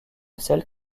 celle